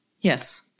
Yes